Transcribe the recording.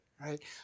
right